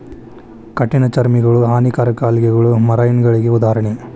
ಕಠಿಣ ಚರ್ಮಿಗಳು, ಹಾನಿಕಾರಕ ಆಲ್ಗೆಗಳು ಮರೈನಗಳಿಗೆ ಉದಾಹರಣೆ